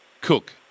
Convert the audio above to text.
cook